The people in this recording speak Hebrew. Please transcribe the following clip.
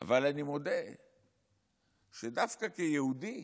אבל אני מודה שדווקא כיהודי,